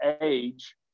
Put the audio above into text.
age